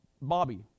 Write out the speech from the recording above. Bobby